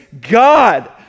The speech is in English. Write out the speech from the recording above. God